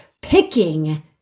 picking